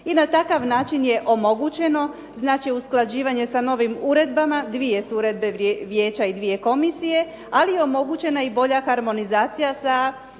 I na takav način je omogućeno znači usklađivanje sa novim uredbama, dvije su uredbe vijeća i dvije komisije, ali omogućena je i bolja harmonizacija sa